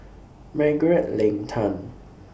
Margaret Leng Tan